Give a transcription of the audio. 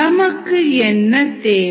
நமக்கு என்ன தேவை